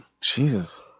Jesus